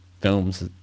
films